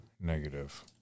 negative